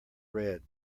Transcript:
red